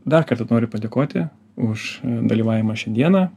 dar kartą noriu padėkoti už dalyvavimą šią dieną